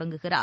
தொடங்குகிறார்